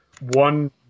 one